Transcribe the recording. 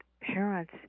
parents